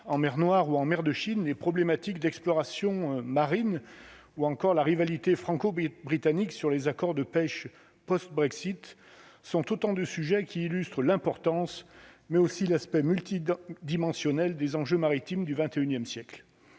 en mer Noire, ou en mer de Chine des problématiques d'exploration marine ou encore la rivalité franco-britannique sur les accords de pêche post-Brexit sont autant de sujets qui illustrent l'importance mais aussi l'aspect multi-dimensionnel des enjeux maritimes du 21ième siècles